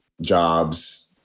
jobs